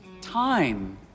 Time